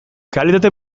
kalitate